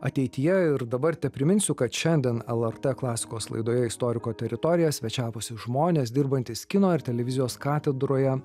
ateityje ir dabar tepriminsiu kad šiandien lrt klasikos laidoje istoriko teritorija svečiavosi žmonės dirbantys kino ir televizijos katedroje